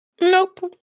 Nope